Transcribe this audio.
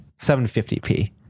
750p